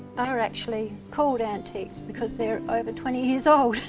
are actually called antiques because they're over twenty years old.